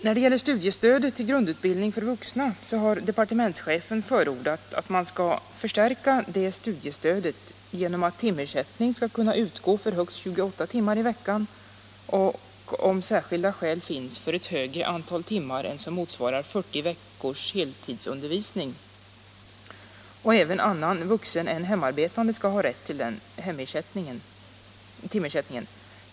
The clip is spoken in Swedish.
När det gäller studiestödet till grundutbildning för vuxna har departementschefen förordat att man skulle förstärka stödet genom att timersättning skulle kunna utgå för högst 28 timmar i veckan och, om särskilda skäl finns, för ett högre antal timmar än som motsvarar 40 veckors heltidsundervisning. Även annan vuxen hemarbetande skall ha rätt till den timersättningen.